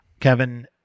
kevin